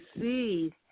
see